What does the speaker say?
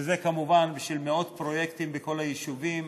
וזה כמובן בשביל מאות פרויקטים בכל היישובים